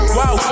Whoa